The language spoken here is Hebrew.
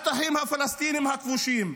לשטחים הפלסטיניים הכבושים.